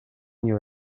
knew